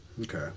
Okay